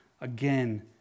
again